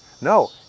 No